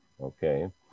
okay